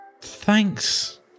Thanks